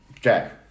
Jack